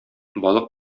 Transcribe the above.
балык